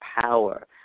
power